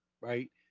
right